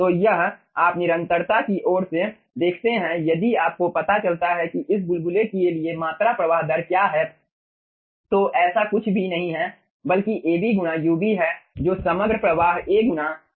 तो यह आप निरंतरता की ओर से देखते हैं यदि आपको पता चलता है कि इस बुलबुले के लिए मात्रा प्रवाह दर क्या है तो ऐसा कुछ भी नहीं है बल्कि Ab गुना ub है जो समग्र प्रवाह A गुना j के लिए जिम्मेदार होगा